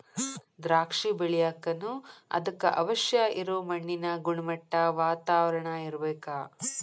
ದ್ರಾಕ್ಷಿ ಬೆಳಿಯಾಕನು ಅದಕ್ಕ ಅವಶ್ಯ ಇರು ಮಣ್ಣಿನ ಗುಣಮಟ್ಟಾ, ವಾತಾವರಣಾ ಇರ್ಬೇಕ